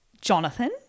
Jonathan